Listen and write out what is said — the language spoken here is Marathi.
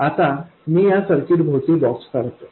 आता मी या सर्किट भोवती बॉक्स काढतोय